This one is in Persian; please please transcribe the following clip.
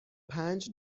پنج